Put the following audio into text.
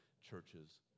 churches